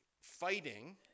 fighting